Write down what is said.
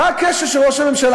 מה הקשר של ראש הממשלה?